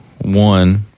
One